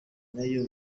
nayo